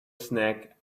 snack